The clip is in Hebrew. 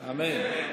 אמן.